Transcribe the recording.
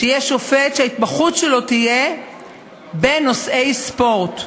שיהיה שופט שההתמחות שלו תהיה בנושאי ספורט.